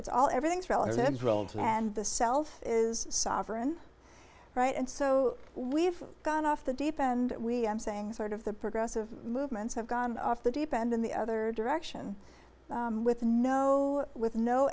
it's all everything's relative and the self is sovereign right and so we've gone off the deep end we i'm saying sort of the progressive movements have gone off the deep end in the other direction with no with no